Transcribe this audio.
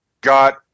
got